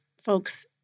folks